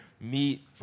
meet